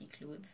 clothes